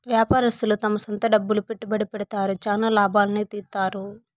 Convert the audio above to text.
వ్యాపారస్తులు తమ సొంత డబ్బులు పెట్టుబడి పెడతారు, చానా లాభాల్ని తీత్తారు